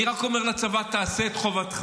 אני רק אומר לצבא: תעשה את חובתך.